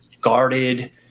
guarded